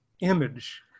image